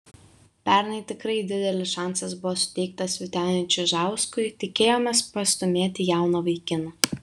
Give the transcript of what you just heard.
pernai tikrai didelis šansas buvo suteiktas vyteniui čižauskui tikėjomės pastūmėti jauną vaikiną